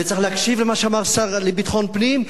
וצריך להקשיב למה שאמר השר לביטחון הפנים,